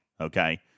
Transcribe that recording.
okay